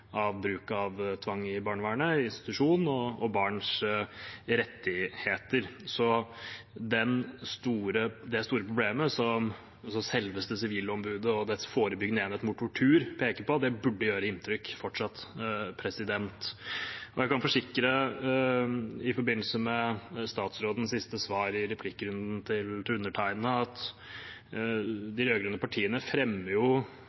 av bruk av tvang i barnevernet og i institusjon og av barns rettigheter. Det store problemet som selveste Sivilombudet og dets forebyggende enhet mot tortur peker på, burde gjøre inntrykk fortsatt. I forbindelse med statsrådens siste svar i replikkrunden til undertegnede kan jeg forsikre at de rød-grønne partiene fremmer